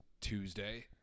tuesday